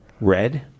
Red